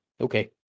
okay